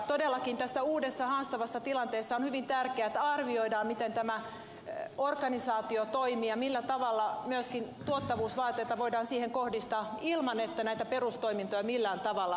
todellakin tässä uudessa haastavassa tilanteessa on hyvin tärkeää että arvioidaan miten tämä organisaatio toimii ja millä tavalla myöskin tuottavuusvaateita voidaan siihen kohdistaa ilman että näitä perustoimintoja millään tavalla vaarannetaan